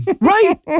right